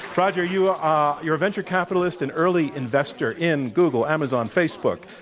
roger, you're ah you're a venture capitalist and early investor in google, amazon, facebook.